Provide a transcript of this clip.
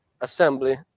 assembly